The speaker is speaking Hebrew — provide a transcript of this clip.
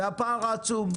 והפער עצום,